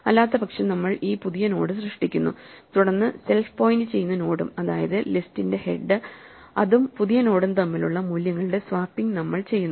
അല്ലാത്തപക്ഷം നമ്മൾ ഈ പുതിയ നോഡ് സൃഷ്ടിക്കുന്നു തുടർന്ന് സെൽഫ് പോയിന്റ് ചെയ്യുന്ന നോഡും അതായത് ലിസ്റ്റിന്റെ ഹെഡ് അതും പുതിയ നോഡും തമ്മിലുള്ള മൂല്യങ്ങളുടെ സ്വാപ്പിംഗ് നമ്മൾ ചെയ്യുന്നു